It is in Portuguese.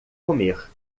comer